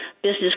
Business